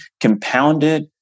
compounded